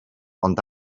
ond